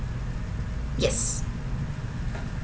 yes